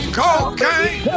cocaine